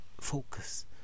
Focus